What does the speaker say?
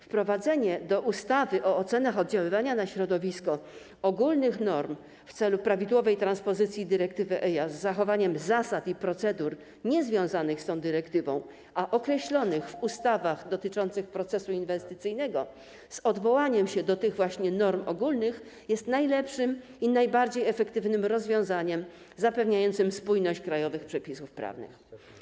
Wprowadzenie do ustawy o ocenach oddziaływania na środowisko ogólnych norm w celu prawidłowej transpozycji dyrektywy EIA, z zachowaniem zasad i procedur niezwiązanych z tą dyrektywą, a określonych w ustawach dotyczących procesu inwestycyjnego, z odwołaniem się do tych właśnie norm ogólnych, jest najlepszym i najbardziej efektywnym rozwiązaniem zapewniającym spójność krajowych przepisów prawnych.